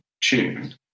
Tune